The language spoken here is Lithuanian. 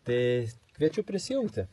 tai kviečiu prisijungti